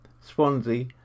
Swansea